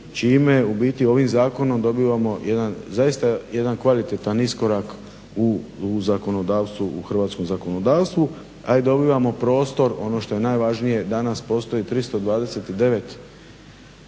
Čime ubiti, ovim zakonom dobivamo jedan zaista, jedan kvalitetan iskorak u zakonodavstvu u hrvatskom zakonodavstvu, a i dobivamo prostor. Ono što je najvažnije danas postoji 329